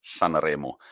Sanremo